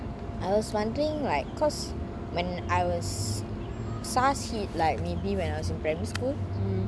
I was wondering like cause when I was SARS hit like maybe when I was in primary school